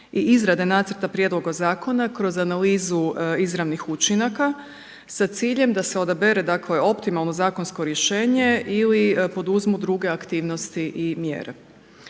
i izrade nacrta prijedloga zakona kroz analizu izravnih učinaka sa ciljem da se odabere dakle optimalno zakonsko rješenje ili poduzmu druge aktivnosti i mjere.